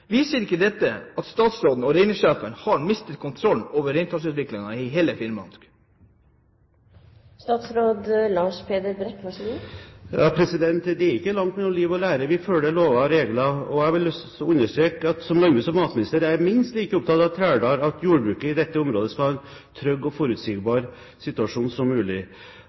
ikke dette at statsråden og reindriftssjefen har mistet kontrollen over reintallsutvikingen i hele Finnmark? Det er ikke langt mellom liv til lære. Vi følger lover og regler, og som landbruks- og matminister har jeg lyst til å understreke at jeg er minst like opptatt som Trældal av at jordbruket i dette området skal ha en så trygg og forutsigbar situasjon som mulig.